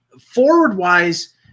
Forward-wise